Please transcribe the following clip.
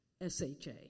S-H-A